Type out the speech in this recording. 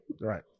Right